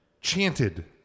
chanted